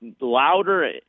louder